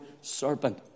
serpent